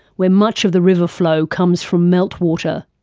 where much of the river flow comes from meltwater.